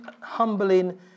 humbling